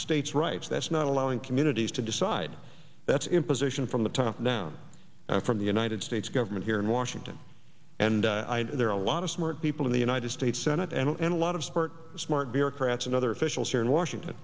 states rights that's not allowing communities to decide that's imposition from the top down from the united states government here in washington and there are a lot of smart people in the united states senate and a lot of support smart bureaucrats and other officials here in washington